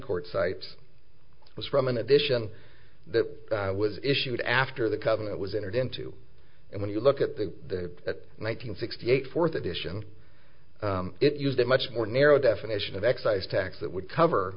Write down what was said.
court cites was from an addition that was issued after the government was entered into and when you look at the one nine hundred sixty eight fourth edition it used a much more narrow definition of excise tax that would cover